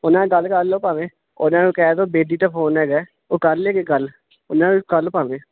ਉਹਨਾਂ ਨੇ ਗੱਲ ਕਰ ਲਓ ਭਾਵੇਂ ਉਹਨਾਂ ਨੂੰ ਕਹਿ ਦੋ ਬੇਟੀ ਦਾ ਫੋਨ ਹੈਗਾ ਉਹ ਕਰ ਲੈਣਗੇ ਗੱਲ ਉਹਨਾਂ ਨੂੰ ਕੱਲ ਭਾਵੇਂ